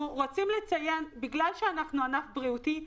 כיוון שאנחנו ענף בריאותי,